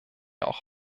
auch